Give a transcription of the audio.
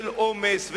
על עומס,